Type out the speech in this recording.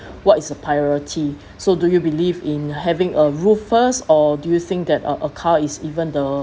what is a priority so do you believe in having a roof first or do you think that a a car is even the